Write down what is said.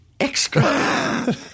Extra